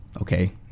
Okay